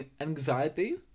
anxiety